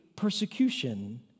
Persecution